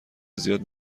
زیاد